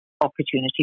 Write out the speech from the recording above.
opportunity